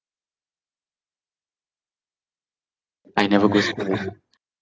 I never go school